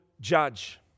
judge